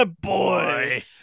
Boy